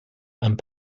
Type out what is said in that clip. and